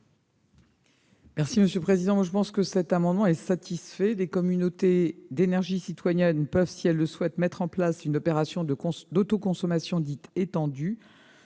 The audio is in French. du Gouvernement ? Je pense que cet amendement est satisfait. Des communautés énergétiques citoyennes peuvent, si elles le souhaitent, mettre en place une opération d'autoconsommation dite étendue.